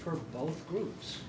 for both groups